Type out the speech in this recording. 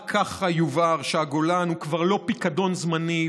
רק ככה יובהר שהגולן הוא כבר לא פיקדון זמני,